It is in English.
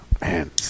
Man